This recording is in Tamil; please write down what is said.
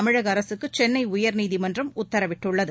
தமிழக அரசுக்கு சென்னை உயர்நீதிமன்றம் உத்தரவிட்டுள்ளது